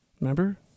Remember